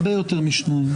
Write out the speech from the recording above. הרבה יותר משניים.